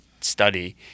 study –